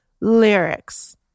lyrics